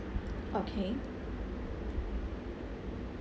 okay